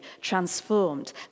transformed